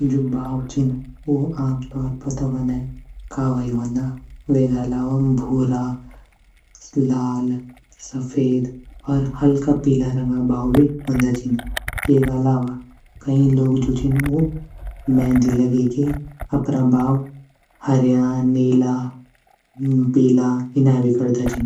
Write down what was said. जू बाऊ छीन ऊ आम तोर पर त वने कावा ही वोंदा वेगा अलावा भूरा, लाल, सफ़ेद, और हल्का पीला रंगा बाऊ भी वंदा छीन येगा अलावा कई लोग जू छीन ऊ मेहंदी लगे के अपरा बाऊ हरयाँ, नीला, पीला इन्या भी करदा छीन।